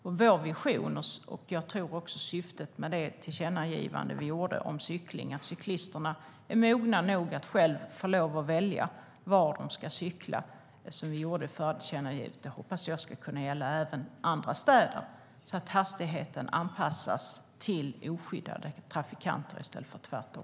Jag hoppas att vår vision och syftet med vårt tillkännagivande om cykling - att cyklisterna är mogna nog att själva välja var de ska cykla - kan gälla även andra städer så att hastigheten anpassas till oskyddade trafikanter i stället för tvärtom.